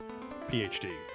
phd